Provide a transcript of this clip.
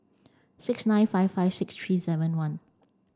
six nine five five six three seven one